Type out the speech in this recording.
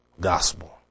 gospel